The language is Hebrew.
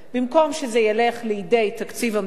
במקום שזה ילך לתקציב המדינה,